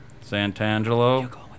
Santangelo